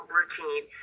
routine